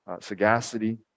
sagacity